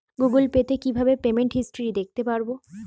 Google Pay তে কিভাবে payment history দেখতে পারবো?